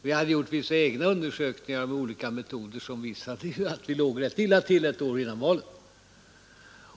Vi hade därför gjort vissa egna undersökningar, som visade att vi låg rätt illa till ett år före valet.